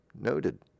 Noted